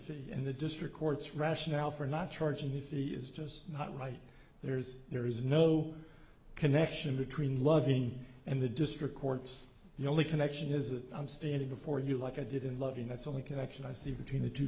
fee in the district court's rationale for not charging the fee is just not right there's there is no connection between loving and the district courts the only connection is a i'm standing before you like i did in loving that's only connection i see between the two